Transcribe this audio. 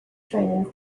training